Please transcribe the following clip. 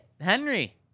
Henry